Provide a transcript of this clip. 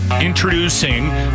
introducing